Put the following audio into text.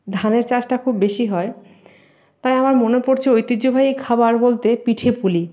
ধানের চাষটা খুব বেশি হয় তাই আমার মনে পড়ছে ঐতিহ্যবাহী খাবার বলতে পিঠেপুলি